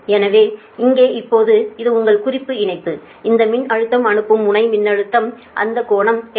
எனவே இப்போது இது உங்கள் குறிப்பு இணைப்பு இந்த மின்னழுத்தம் அனுப்பும் முனை மின்னழுத்தம் அதன் கோணம் 8